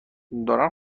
دارن